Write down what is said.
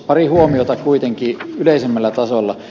pari huomiota kuitenkin yleisemmällä tasolla